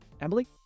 Emily